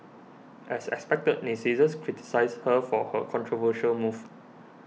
as expected naysayers criticised her for her controversial move